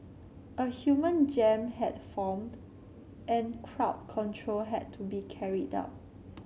a human jam had formed and crowd control had to be carried out